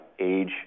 age